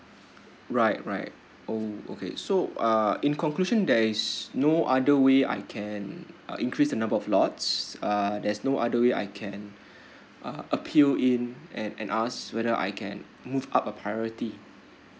right right oh okay so uh in conclusion there is no other way I can uh increase the number of lots uh there's no other way I can uh appeal in and and ask whether I can move up a priority